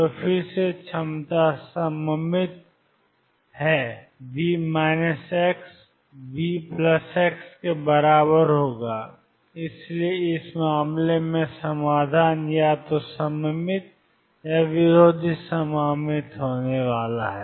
तो फिर से क्षमता सममित है V xVx और इसलिए इस मामले में समाधान या तो सममित या विरोधी सममित होने वाला है